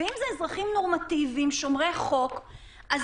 ואם אלו אזרחים נורמטיביים שומרי חוק אז